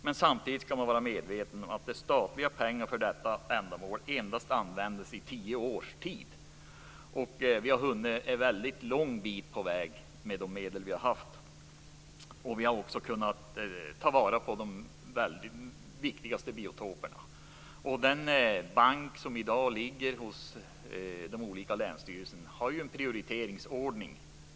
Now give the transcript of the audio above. Men samtidigt skall man vara medveten om att statliga pengar för detta ändamål endast användes i tio års tid. Vi har hunnit en väldigt lång bit på väg med de medel vi har haft. Vi har också kunnat ta vara på de viktigaste biotoperna. Den bank som i dag ligger hos de olika länsstyrelserna har en prioriteringsordning.